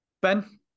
Ben